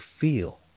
feel